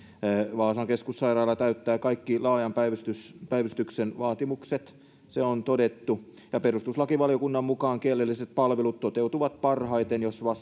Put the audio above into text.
vaasan keskussairaala täyttää kaikki laajan päivystyksen päivystyksen vaatimukset se on todettu ja perustuslakivaliokunnan mukaan kielelliset palvelut toteutuvat parhaiten jos